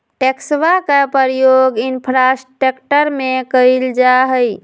टैक्सवा के प्रयोग इंफ्रास्ट्रक्टर में कइल जाहई